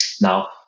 Now